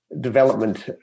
development